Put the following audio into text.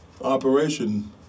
operation